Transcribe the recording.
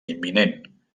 imminent